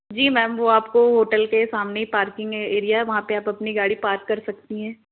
जी ma'am वो आपको hotel के सामने ही पार्किंग एरिया है वहाँ पे आप अपनी गाड़ी पार्क कर सकती हैं